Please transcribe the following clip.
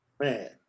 man